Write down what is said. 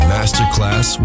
Masterclass